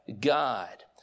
god